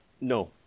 No